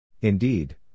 Indeed